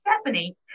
Stephanie